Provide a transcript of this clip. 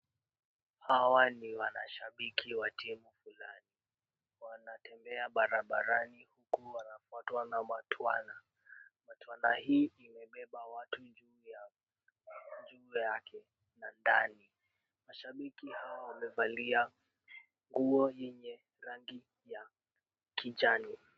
Hawa ni wanashabiki wa timu fulani. Wanatembea barabarani huku wanafuatwa na matwana. Matwana hii imebeba watu juu yake na ndani. Mashabiki hawa wamevalia nguo yenye rangi ya kijani.